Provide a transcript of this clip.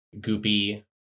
goopy